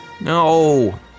No